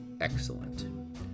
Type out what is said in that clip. excellent